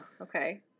Okay